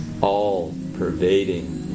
all-pervading